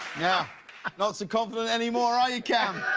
yeah not so confident anymore, are you, cam?